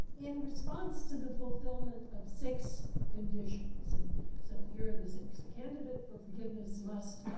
in response to the fulfillment of six conditions, and so here are the six. a candidate for forgiveness must,